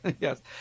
Yes